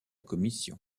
commission